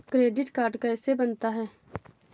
Credit card कैसे बनता है?